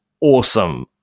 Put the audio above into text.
awesome